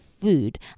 food